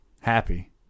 Happy